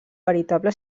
veritable